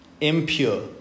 impure